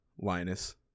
Linus